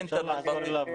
אני מברך על הדיון הזה.